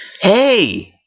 hey